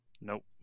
Nope